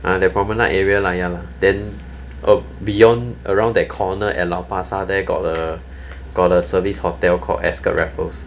ah the promenade area lah ya lah then uh beyond around that corner at lau pa sat there got uh got a service hotel called ascott raffles